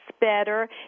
better